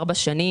ארבע שנים,